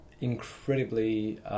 incredibly